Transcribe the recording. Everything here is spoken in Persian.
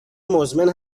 مزمن